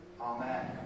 Amen